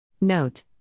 Note